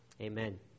amen